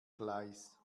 gleis